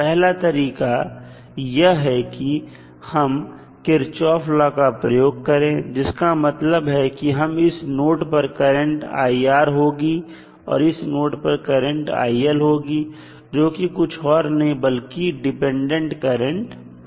पहला तरीका यह है कि हम किरचाफ ला Kirchhoff's law का प्रयोग करें जिसका मतलब है कि इस नोड पर करंट होगी और यह करंट होगी जो कि कुछ और नहीं बल्कि डिपेंडेंट करंट है